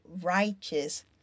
righteous